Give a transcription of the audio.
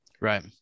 Right